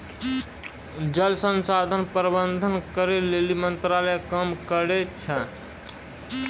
जल संसाधन प्रबंधन करै लेली मंत्रालय काम करी रहलो छै